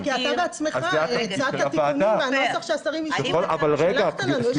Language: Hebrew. כדי לסבר את האוזן, הפחתה של